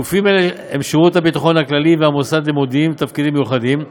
גופים אלה הם שירות הביטחון הכללי והמוסד למודיעין ולתפקידים מיוחדים.